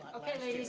okay ladies.